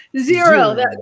Zero